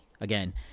again